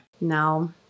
No